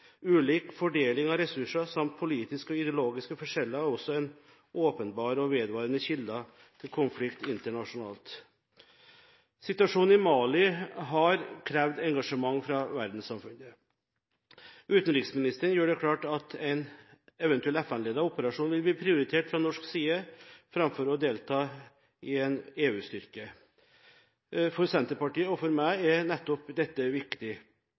Ulik fordeling av ressurser samt politiske og ideologiske forskjeller er også en åpenbar og vedvarende kilde til konflikt internasjonalt. Situasjonen i Mali har krevd engasjement fra verdenssamfunnet. Utenriksministeren gjør det klart at en eventuell FN-ledet operasjon vil bli prioritert fra norsk side framfor å delta i en EU-styrke. For Senterpartiet og for meg er nettopp dette viktig.